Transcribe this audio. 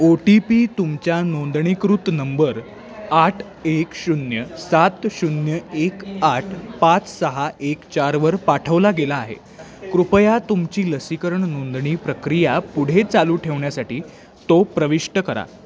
ओ T P तुमच्या नोंदणीकृत number आठ एक शून्य सात शून्य एक आठ पाच सहा एक चारवर पाठवला गेला आहे कृपया तुमची लसीकरण नोंदणी प्रक्रिया पुढे चालू ठेवण्यासाठी तो प्रविष्ट करा